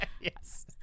Yes